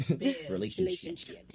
Relationship